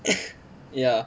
ya